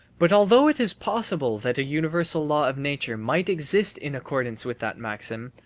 but although it is possible that a universal law of nature might exist in accordance with that maxim,